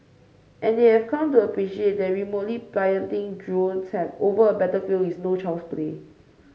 and they have come to appreciate that remotely piloting drones over a battlefield is no child's play